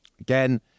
again